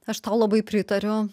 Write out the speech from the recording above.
aš tau labai pritariu